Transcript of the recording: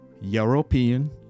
European